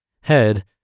head